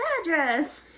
address